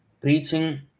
preaching